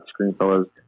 screenfellas